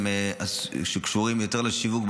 שקשורים יותר לשיווק,